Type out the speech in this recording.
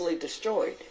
destroyed